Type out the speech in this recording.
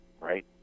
right